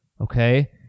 Okay